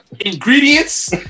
Ingredients